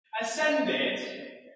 Ascended